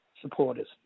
supporters